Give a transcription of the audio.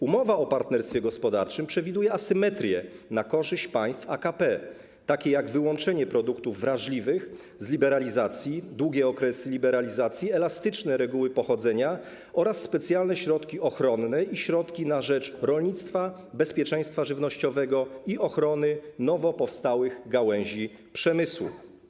Umowa o partnerstwie gospodarczym przewiduje asymetrię na korzyść państw AKP, np. wyłączenie produktów wrażliwych z liberalizacji, długi okres liberalizacji, elastyczne reguły dotyczące pochodzenia oraz specjalne środki ochronne i środki na rzecz rolnictwa, bezpieczeństwa żywnościowego i ochrony nowo powstałych gałęzi przemysłu.